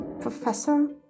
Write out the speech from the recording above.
professor